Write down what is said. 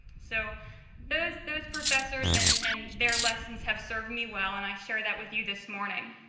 so those those professors and and their lessons have served me well and i share that with you this morning.